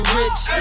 rich